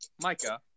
Micah